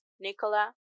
Nicola